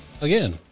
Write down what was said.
again